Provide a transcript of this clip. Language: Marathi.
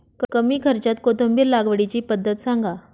कमी खर्च्यात कोथिंबिर लागवडीची पद्धत सांगा